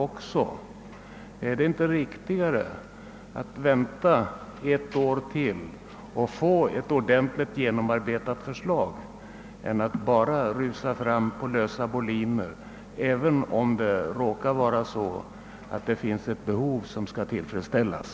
Men är det inte riktigare att vänta ytterligare ett år för att få ett ordentligt genomarbetat förslag än att bara låta det gå för lösa boliner även om det råkar finnas ett behov som skall tillfredsställas?